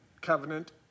covenant